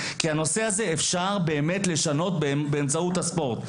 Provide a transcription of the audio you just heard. כי הנושא הזה אפשר באמת לשנות באמצעות הספורט.